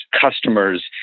customers